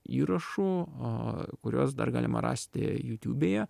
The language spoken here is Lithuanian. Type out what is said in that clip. įrašų a kuriuos dar galima rasti jutiubėje